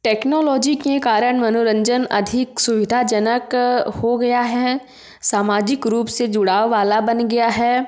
technology के कारण मनोरंजन अधिक सुविधाजनक हो गया है सामाजिक रूप से जुड़ाव वाला बन गया है